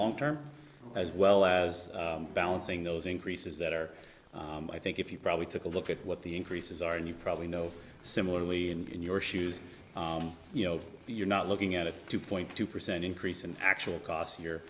long term as well as balancing those increases that are i think if you probably took a look at what the increases are and you probably know similarly in your shoes you know you're not looking at a two point two percent increase in actual cost you're